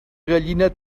gallina